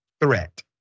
threat